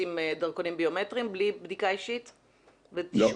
עם דרכונים ביומטריים בלי בדיקה אישית ותשאול?